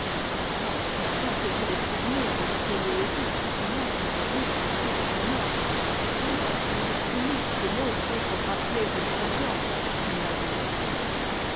qui sent que tous les souvenirs de l'orgueilleux oedipe commencent à devenir pour lui dés remords prononce d'une voix timide ces mots faits pour rappeler une confiance qu'il n'a déjà plus